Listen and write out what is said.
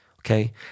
okay